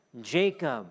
Jacob